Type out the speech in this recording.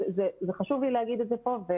חשוב לי להגיד את זה כאן.